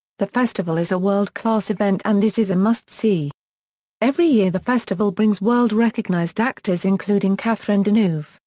the festival is a world class event and it is a must see every year the festival brings world recognized actors including catherine deneuve,